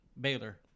Baylor